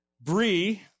Bree